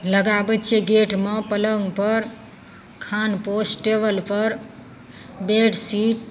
लगाबय छियै गेटमे पलङ्गपर खानपोश टेबलपर बेड शीट